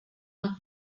our